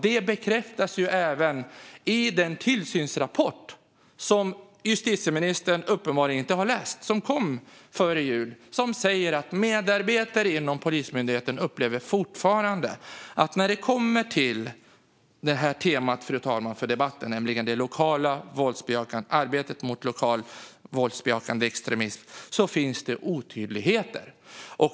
Det bekräftas även i den tillsynsrapport som kom före jul men som justitieministern uppenbarligen inte har läst. Där säger man att medarbetare inom Polismyndigheten fortfarande upplever att när det kommer till det som är temat för den här debatten, fru talman, nämligen arbetet mot lokal våldsbejakande extremism, finns det otydligheter.